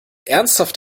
ernsthaft